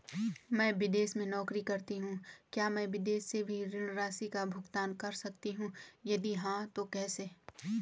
मैं विदेश में नौकरी करतीं हूँ क्या मैं विदेश से भी ऋण राशि का भुगतान कर सकती हूँ यदि हाँ तो कैसे?